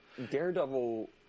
Daredevil